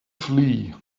flee